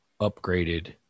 upgraded